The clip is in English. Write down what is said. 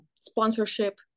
Sponsorship